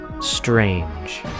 Strange